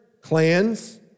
clans